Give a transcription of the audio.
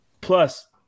Plus